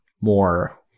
more